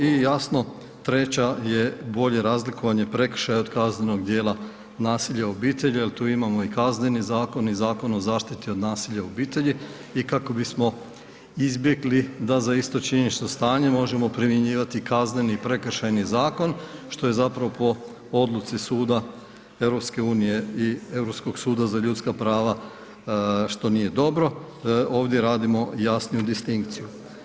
I jasno treća je bolje razlikovanje prekršaja od kaznenog djela nasilja u obitelji jer tu imamo i Kazneni zakon i Zakon o zaštiti od nasilja u obitelji i kako bismo izbjegli da za isto činjenično stanje možemo primjenjivati kazneni i prekršajni zakon što je zapravo po odluci Suda EU i Europskog suda za ljudska prava što nije dobro, ovdje radimo jasniju distinkciju.